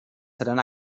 seran